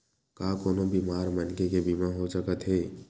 का कोनो बीमार मनखे के बीमा हो सकत हे?